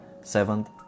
Seventh